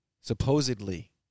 supposedly